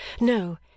no